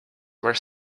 were